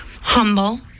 humble